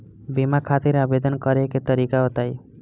बीमा खातिर आवेदन करे के तरीका बताई?